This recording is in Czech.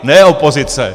Ne opozice.